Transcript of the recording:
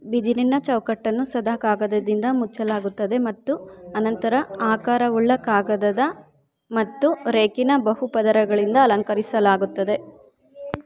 ಬಿದಿರಿನ ಚೌಕಟ್ಟನ್ನು ಸದಾ ಕಾಗದದಿಂದ ಮುಚ್ಚಲಾಗುತ್ತದೆ ಮತ್ತು ಅನಂತರ ಆಕಾರವುಳ್ಳ ಕಾಗದದ ಮತ್ತು ರೇಖಿನ ಬಹು ಪದರಗಳಿಂದ ಅಲಂಕರಿಸಲಾಗುತ್ತದೆ